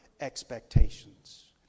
expectations